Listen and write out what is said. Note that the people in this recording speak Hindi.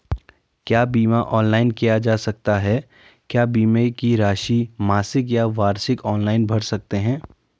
क्या बीमा ऑनलाइन किया जा सकता है क्या बीमे की राशि मासिक या वार्षिक ऑनलाइन भर सकते हैं?